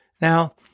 Now